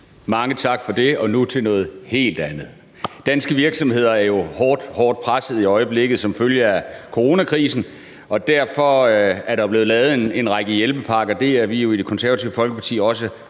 Mange tak for det. Og nu til noget helt andet. Danske virksomheder er jo meget hårdt presset i øjeblikket som følge af coronakrisen, og derfor er der blevet lavet en række hjælpepakker, og det er vi i Det Konservative Folkeparti også